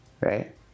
right